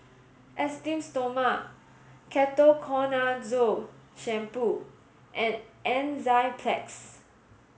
Esteem Stoma Ketoconazole shampoo and Enzyplex